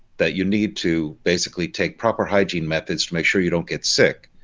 that you need to basically take proper hygiene methods to make sure you don't get sick